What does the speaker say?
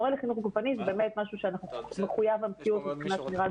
מורה לחינוך גופני זה משהו שהוא מחויב המציאות מבחינת השמירה על